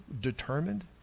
determined